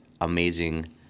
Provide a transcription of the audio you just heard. amazing